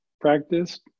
practiced